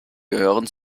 gehören